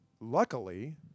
luckily